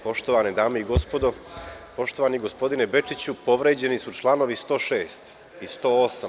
Poštovane dame i gospodo, poštovani gospodine Bečiću, povređeni su članovi 106. i 108.